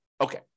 Okay